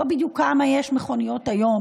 לא בדיוק כמה יש מכוניות היום,